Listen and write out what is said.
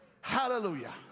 Hallelujah